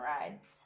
rides